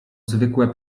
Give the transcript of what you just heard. zwykłe